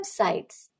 websites